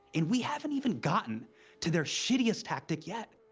and we haven't even gotten to their shittiest tactic yet.